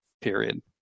period